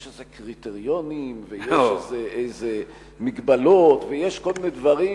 יש איזה קריטריונים ויש איזה מגבלות ויש כל מיני דברים,